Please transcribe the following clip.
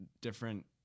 different